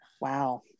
wow